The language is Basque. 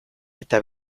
eta